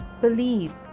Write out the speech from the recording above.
Believe